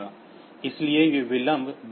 इसलिए यह विलंब 12 द्वारा विभाजित इस मान से होगा